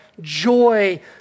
joy